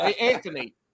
Anthony